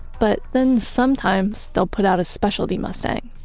but then sometimes they'll put out a specialty mustang